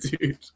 dude